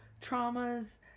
traumas